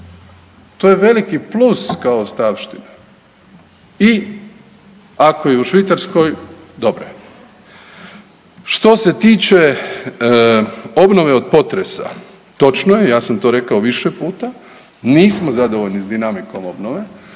To je veliki plus kao ostavština i ako je u Švicarskoj dobro je. Što se tiče obnove od potresa, točno je, ja sam to rekao više puta, nismo zadovoljni s dinamikom obnove,